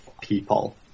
people